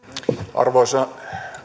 arvoisa